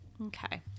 Okay